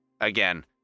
Again